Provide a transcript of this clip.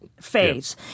phase